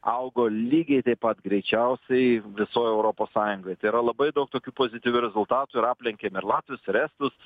augo lygiai taip pat greičiausiai visoj europos sąjungoj tai yra labai daug tokių pozityvių rezultatų ir aplenkėm ir latvius ir estus